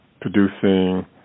producing